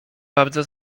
bardzo